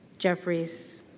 Jeffries